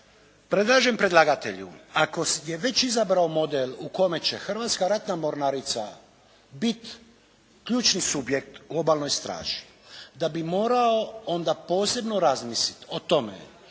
Predlažem predlagatelju ako je već izabrao model u kome će Hrvatska ratna mornarica biti ključni subjekt u obalnoj straži da bi morao onda posebno razmisliti o tome